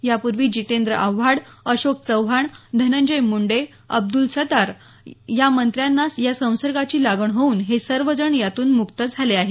यापूर्वी जितेंद्र आव्हाड अशोक चव्हाण धनंजय मुंडे अब्दुल सत्तार आदी मंत्र्यांनी या संसर्गाची लागण होऊन हे सर्वजण यातून मुक्त झाले आहेत